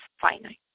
finite